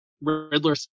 Riddler